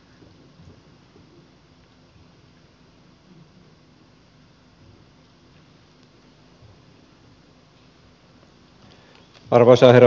arvoisa herra puhemies